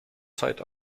zeit